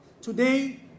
Today